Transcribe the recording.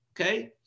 Okay